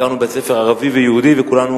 ביקרנו בבית-ספר, ערבי ויהודי, וכולנו